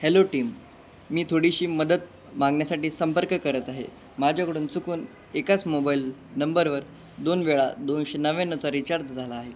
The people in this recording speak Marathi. हॅलो टीम मी थोडीशी मदत मागण्यासाठी संपर्क करत आहे माझ्याकडून चुकून एकाच मोबाईल नंबरवर दोन वेळा दोनशे नव्याण्णवचा रिचार्ज झाला आहे